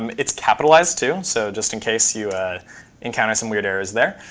it's capitalized too, so just in case you ah encounter some weird errors there.